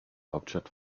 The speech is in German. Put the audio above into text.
hauptstadt